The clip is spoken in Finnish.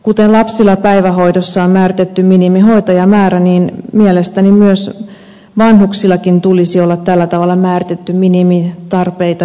kuten lapsilla päivähoidossa on määritetty minimihoitajamäärä niin mielestäni myös vanhuksilla tulisi olla tällä tavalla määritetty minimitarpeita tyydyttävä hoito